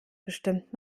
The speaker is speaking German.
bestimmt